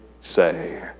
say